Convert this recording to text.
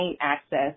access